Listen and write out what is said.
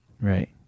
Right